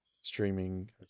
streaming